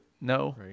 no